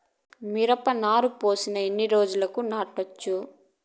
మిరప నారు పోసిన ఎన్ని రోజులకు నాటచ్చు?